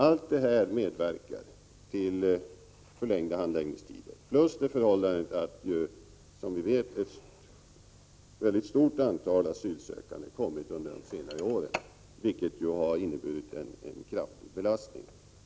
Allt detta medverkar till förlängda handläggningstider plus det förhållandet att, som vi känner till, ett mycket stort antal asylsökande kommit under de senaste åren, vilket har inneburit en kraftig belastning.